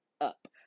up